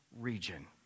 region